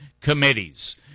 committees